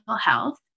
health